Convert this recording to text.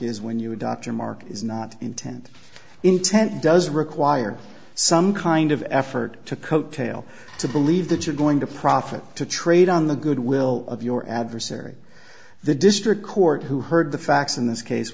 is when you adopt your mark is not intent intent does require some kind of effort to coattail to believe that you're going to profit to trade on the good will of your adversary the district court who heard the facts in this case